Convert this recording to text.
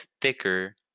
thicker